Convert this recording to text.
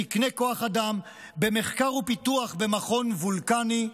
בתקני כוח אדם, במחקר ופיתוח במכון וולקני.